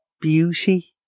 beauty